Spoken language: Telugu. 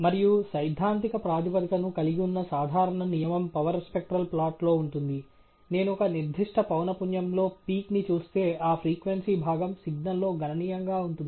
మరియు సైద్ధాంతిక ప్రాతిపదికను కలిగి ఉన్న సాధారణ నియమం పవర్ స్పెక్ట్రల్ ప్లాట్లో ఉంటుంది నేను ఒక నిర్దిష్ట పౌన పున్యంలో పీక్ ని చూస్తే ఆ ఫ్రీక్వెన్సీ భాగం సిగ్నల్లో గణనీయంగా ఉంటుంది